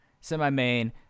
semi-main